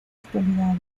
actualidad